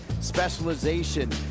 specialization